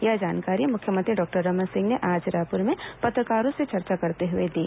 यह जानकारी मुख्यमंत्री डॉक्टर रमन सिंह ने आज रायपुर में पत्रकारों से चर्चा करते हुए दी